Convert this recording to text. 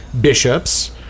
bishops